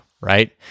right